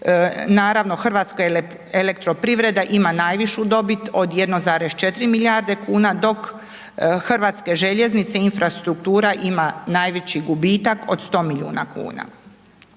naravno Hrvatska elektroprivreda ima najvišu dobit od 1,4 milijarde kuna, dok Hrvatske željeznice - Infrastruktura ima najveći gubitak od 100 milijuna kuna.